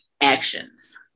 actions